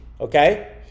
okay